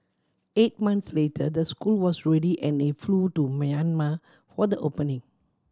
eight months later the school was ready and he flew to Myanmar for the opening